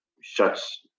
shuts